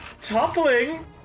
toppling